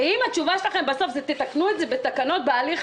אם התשובה שלכם בסוף היא: "תתקנו את זה בתקנות בהליך